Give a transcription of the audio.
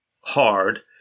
hard